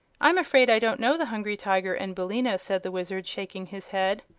i'm afraid i don't know the hungry tiger and billina, said the wizard, shaking his head.